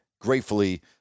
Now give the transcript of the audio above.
gratefully